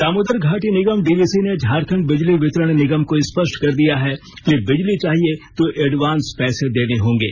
दामोदर घाटी निगम डीवीसी ने झारखंड बिजली वितरण निगम को स्पष्ट कर दिया है कि बिजली चाहिए तो एडवांस पैसे देने होंगे